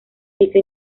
piso